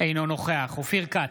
אינו נוכח אופיר כץ,